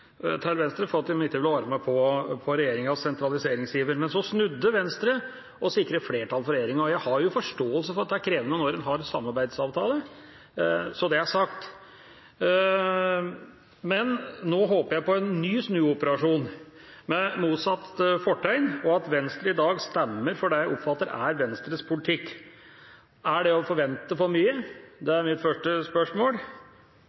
til Venstre for at de ikke ville være med på regjeringas sentraliseringsiver. Men så snudde Venstre og sikret flertall for regjeringa. Jeg har forståelse for at det er krevende når en har en samarbeidsavtale – så det er sagt – men nå håper jeg på en ny snuoperasjon, med motsatt fortegn, og at Venstre i dag stemmer for det som jeg oppfatter er Venstres politikk. Er det å forvente for mye?